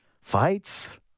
fights